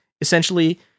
essentially